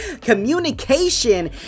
communication